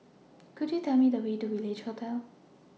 Could YOU Tell Me The Way to Village Hotel